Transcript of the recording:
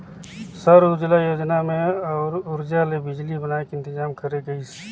सौर सूजला योजना मे सउर उरजा ले बिजली बनाए के इंतजाम करे गइस